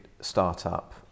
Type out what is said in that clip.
startup